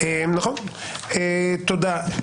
תודה.